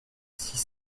six